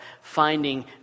finding